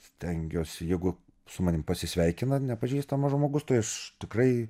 stengiuosi jeigu su manim pasisveikina nepažįstamas žmogus tai aš tikrai